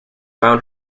found